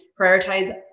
prioritize